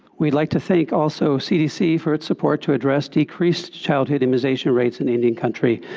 we'd like to thank also cdc for its support to address decreased childhood immunization rates in indian country,